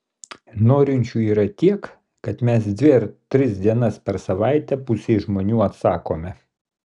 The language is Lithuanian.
norinčių yra tiek kad mes dvi ar tris dienas per savaitę pusei žmonių atsakome